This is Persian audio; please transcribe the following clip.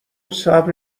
صبر